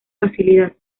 facilidad